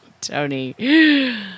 Tony